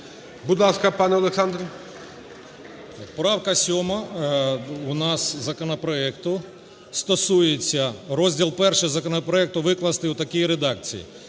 Правка 7-а у нас законопроекту стосується: "Розділ І законопроекту викласти в такій редакції: